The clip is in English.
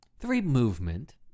Three-movement